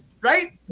right